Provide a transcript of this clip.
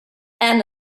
ann